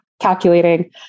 calculating